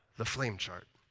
the flame chart.